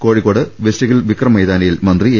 കോഴിക്കോട്ട് വെസ്റ്ഹിൽ വിക്രം മൈതാനിയിൽ മന്ത്രി എ